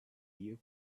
here